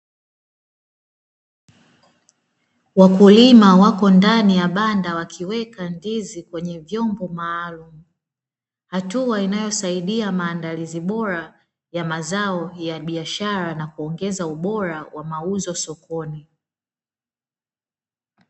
Wakulima wako ndani ya banda wakiweka ndizi kwenye vyombo maalumu, hatua inayosaidia maandalizi bora ya mazao ya biashara na kuongeza ubora wa mauzo sokoni.